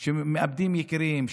הם איבדו את יקיריהם.